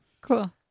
Cool